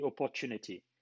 opportunity